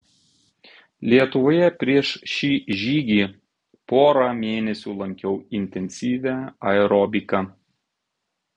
lietuvoje prieš šį žygį porą mėnesių lankiau intensyvią aerobiką